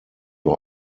war